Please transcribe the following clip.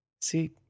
See